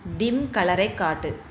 dim கலரைக் காட்டு